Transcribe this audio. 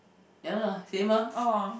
ya lah same ah